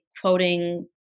quoting